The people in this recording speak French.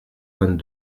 vingt